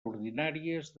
ordinàries